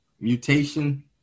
mutation